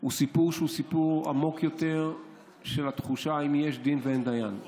הוא עמוק יותר של התחושה שאין דין ואין דיין.